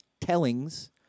tellings